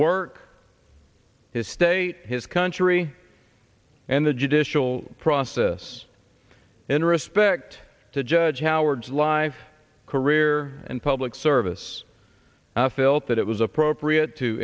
work his state his country and the judicial process in respect to judge howard's live career and public service and i felt that it was appropriate to